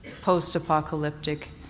post-apocalyptic